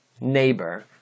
neighbor